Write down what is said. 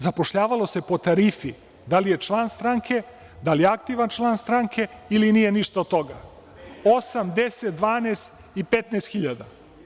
Zapošljavalo se po tarifi – da li je član stranke, da li je aktivan član stranke ili nije ništa od toga, osam, 10, 12 i 15.000.